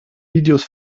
videos